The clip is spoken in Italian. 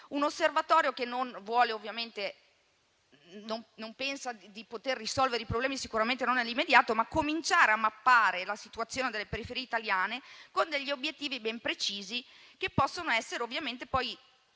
Un osservatorio che non pensa di poter risolvere i problemi, sicuramente non nell'immediato, ma per cominciare a mappare la situazione delle periferie italiane, con degli obiettivi ben precisi che possono essere ovviamente poi